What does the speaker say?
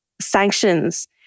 sanctions